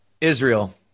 Israel